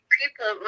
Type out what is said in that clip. people